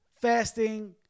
fasting